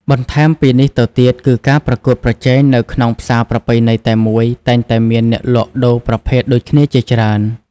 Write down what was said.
បន្ថែមពីនេះទៅទៀតគឺការប្រកួតប្រជែង នៅក្នុងផ្សារប្រពៃណីតែមួយ តែងតែមានអ្នកលក់ដូរប្រភេទដូចគ្នាជាច្រើន។